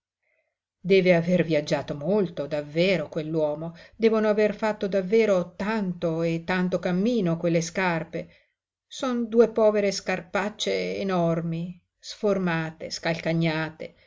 deve aver viaggiato molto davvero quell'uomo devono aver fatto davvero tanto e tanto cammino quelle scarpe son due povere scarpacce enormi sformate scalcagnate